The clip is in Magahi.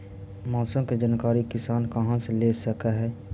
मौसम के जानकारी किसान कहा से ले सकै है?